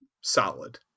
solid